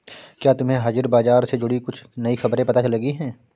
क्या तुम्हें हाजिर बाजार से जुड़ी कुछ नई खबरें पता लगी हैं?